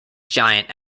giant